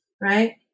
right